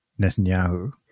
Netanyahu